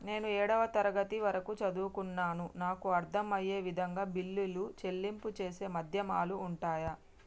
నేను ఏడవ తరగతి వరకు చదువుకున్నాను నాకు అర్దం అయ్యే విధంగా బిల్లుల చెల్లింపు చేసే మాధ్యమాలు ఉంటయా?